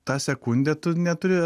tą sekundę tu neturi